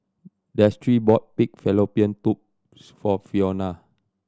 Destry bought pig fallopian tubes for Fiona